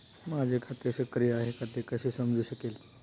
माझे खाते सक्रिय आहे का ते कसे समजू शकेल?